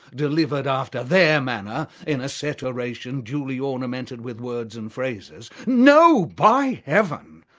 delivered after their manner in a set oration duly ornamented with words and phrases. no, by heaven!